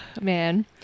man